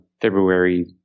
February